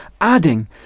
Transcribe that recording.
adding